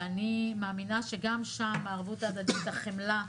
ואני מאמינה שגם שם הערבות ההדדית והחמלה,